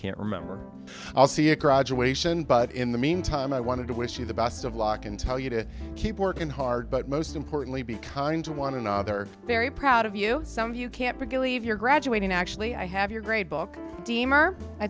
can't remember i'll see it graduation but in the meantime i want to wish you the best of luck and tell you to keep working hard but most importantly be kind to one another very proud of you some of you can't believe you're graduating actually i have your grade book deemer i